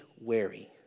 wary